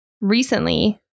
Recently